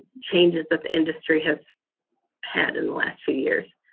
changes that the industry has had in the last few years.